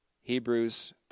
Hebrews